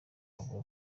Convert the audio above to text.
avuga